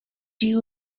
you